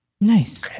Nice